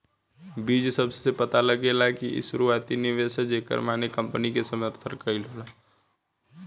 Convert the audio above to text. बीज शब्द से पता लागेला कि इ शुरुआती निवेश ह जेकर माने कंपनी के समर्थन कईल होला